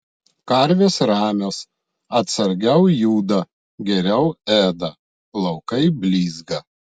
karvės ramios atsargiau juda geriau ėda plaukai blizga